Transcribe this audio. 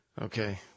Okay